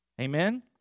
Amen